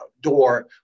door